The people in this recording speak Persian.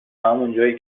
همونجایی